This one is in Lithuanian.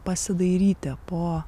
pasidairyti po